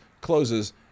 closes